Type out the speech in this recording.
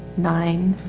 nine,